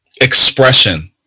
expression